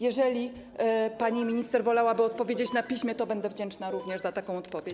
Jeżeli pani minister wolałaby odpowiedzieć na piśmie, to będę wdzięczna również za taką odpowiedź.